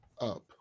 up